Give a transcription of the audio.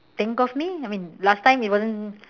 think of me I mean last time it wasn't